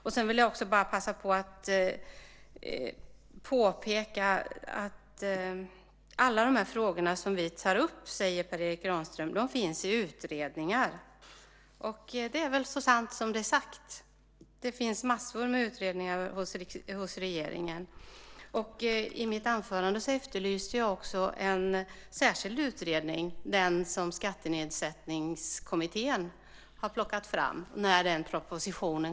Jag vill också passa på att påpeka att Per Erik Granström säger att alla de frågor som vi tar upp finns i utredningar, och det är väl så sant som det är sagt. Det finns massor av utredningar hos regeringen. I mitt anförande efterlyste jag också en särskild utredning, den som Skattenedsättningskommittén har plockat fram. När kommer den propositionen?